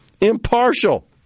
impartial